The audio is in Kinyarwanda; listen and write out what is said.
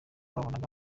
babonaga